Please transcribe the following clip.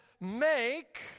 make